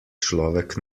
človek